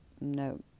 No